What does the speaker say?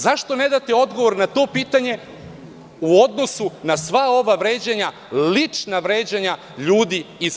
Zašto ne date odgovor na to pitanje, u odnosu na sva ova vređanja, lična vređanja ljudi iz SNS?